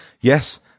Yes